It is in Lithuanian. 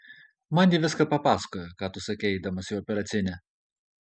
man ji viską papasakojo ką tu sakei eidamas į operacinę